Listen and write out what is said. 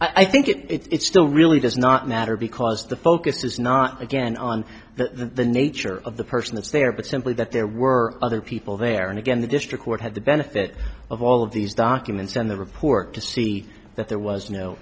or i think it's still really does not matter because the focus is not again on the nature of the person that's there but simply that there were other people there and again the district court had the benefit of all of these documents and the report to see that there was no